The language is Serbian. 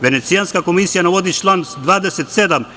Venecijanska komisija navodi član 27.